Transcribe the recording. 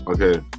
okay